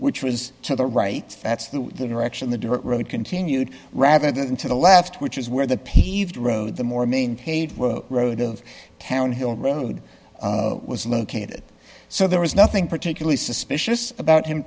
which was to the right that's the direction the dirt road continued rather than to the left which is where the paved road the more main page road of town hill road was located so there is nothing particularly suspicious about him